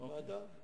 להעביר לוועדה.